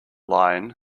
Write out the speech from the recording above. line